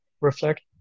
reflect